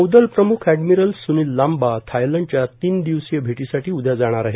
नौदल प्रमुख एडमिरल सुनिल लांबा थायलंडच्या तीन दिवसीय भेटीसाठी उद्या जाणार आहेत